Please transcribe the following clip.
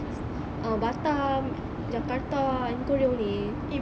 uh batam jakarta and korea only